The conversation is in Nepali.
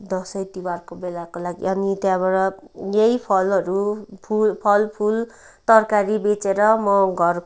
दसैँ तिहारको बेलाको लागि अनि त्यहाँबाट यही फलहरू फुल फलफुल तरकारी बेचेर म घर